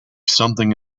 something